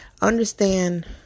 understand